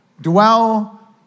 dwell